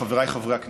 חבריי חברי הכנסת,